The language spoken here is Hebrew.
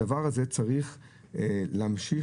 הדבר הזה צריך להמשיך,